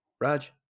Raj